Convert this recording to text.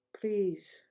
please